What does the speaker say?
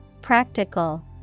Practical